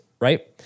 right